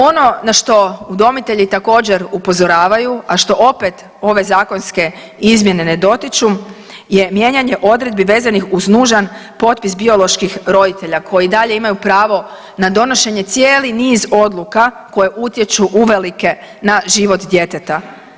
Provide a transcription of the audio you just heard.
Ono na što udomitelji također, upozoravaju, a što opet ove zakonske izmjene ne dotiču je mijenjanje odredbi vezanih uz nužan potpis bioloških roditelja, koji i dalje imaju pravo na donošenje cijeli niz odluka koje utječu uvelike na život djeteta.